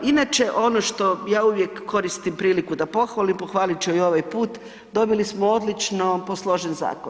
Inače ono što ja uvijek koristim priliku da pohvalim, pohvalit ću i ovaj put, dobili smo odlično posložen zakon.